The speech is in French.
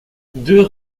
deux